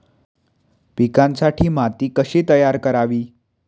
पिकांसाठी माती कशी तयार करावी?